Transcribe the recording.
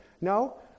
no